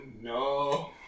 no